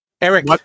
eric